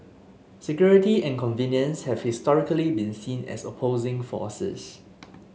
security and convenience have historically been seen as opposing forces